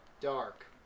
dark